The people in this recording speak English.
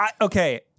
Okay